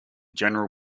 general